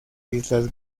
islas